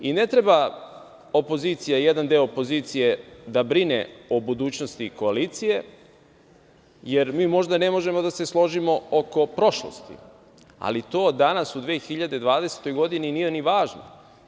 Ne treba opozicija, jedan deo opozicije, da brine o budućnosti koalicije, jer mi možda ne možemo da se složimo oko prošlosti, ali to danas u 2020. godini nije ni važno.